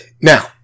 Now